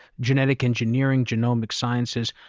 genetic engineering, genomic sciences.